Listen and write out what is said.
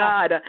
God